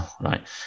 right